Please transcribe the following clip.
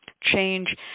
change